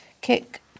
kick